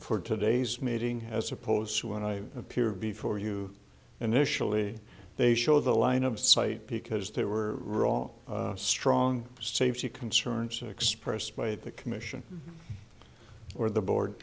for today's meeting as opposed to when i appeared before you initially they show the line of sight because they were all strong safety concerns expressed by the commission or the board